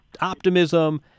optimism